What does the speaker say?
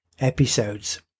Episodes